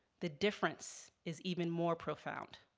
the difference is even more profound.